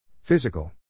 Physical